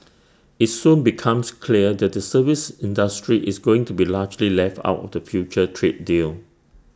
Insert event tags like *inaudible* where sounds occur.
*noise* IT soon becomes clear that the services industry is going to be largely left out of the future trade deal